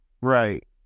Right